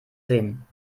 sehen